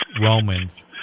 Romans